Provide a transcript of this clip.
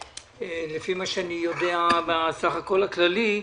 לפי מה שאני יודע בסך הכול הכללי,